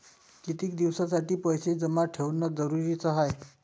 कितीक दिसासाठी पैसे जमा ठेवणं जरुरीच हाय?